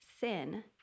sin